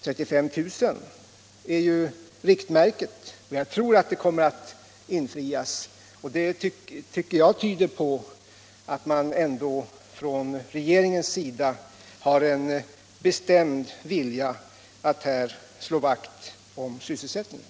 35 000 nya arbetstillfällen är riktmärket, och jag tror att den målsättningen kommer att infrias. Det tycker jag tyder på att regeringen har en bestämd vilja att slå vakt om sysselsättningen.